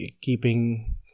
keeping